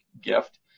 gift